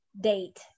date